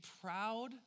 proud